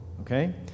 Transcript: Okay